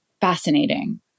fascinating